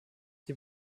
die